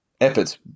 efforts